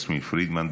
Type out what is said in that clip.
יסמין פרידמן,